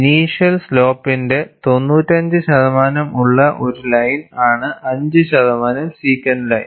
initial സ്ലോപ്പിന്റെ 95 ശതമാനം ഉള്ള ഒരു ലൈൻ ആണ് 5 ശതമാനം സിക്കന്റ് ലൈൻ